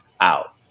out